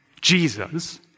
Jesus